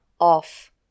off